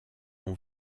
ont